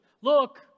Look